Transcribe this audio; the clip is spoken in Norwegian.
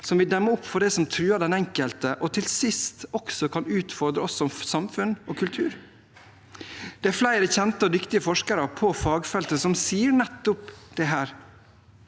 som vi demmer opp for det som truer den enkelte, og som til sist også kan utfordre oss som samfunn og kultur. Det er flere kjente og dyktige forskere på fagfeltet som sier nettopp dette.